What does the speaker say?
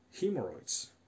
hemorrhoids